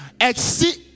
exceed